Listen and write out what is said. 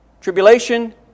tribulation